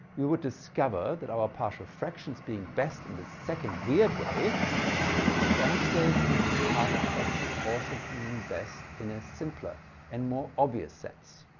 we would discover that our partial fractions being best in the second weird way translates into the partial fractions also being best in a simpler and more obvious sense.